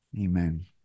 Amen